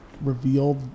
revealed